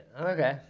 Okay